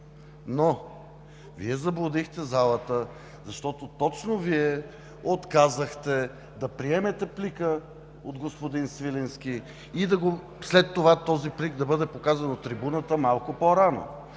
Но Вие заблудихте залата, защото точно Вие отказахте да приемете плика от господин Свиленски и след това този плик да бъде показан от трибуната малко по-рано.